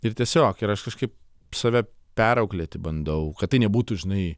ir tiesiog ir aš kažkaip save perauklėti bandau kad tai nebūtų žinai